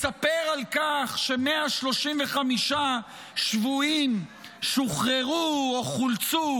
מספר על כך ש-135 שבויים שוחררו או חולצו,